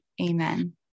Amen